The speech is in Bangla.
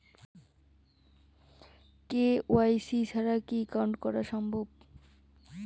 কে.ওয়াই.সি ছাড়া কি একাউন্ট করা সম্ভব?